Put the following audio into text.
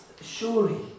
surely